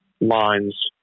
lines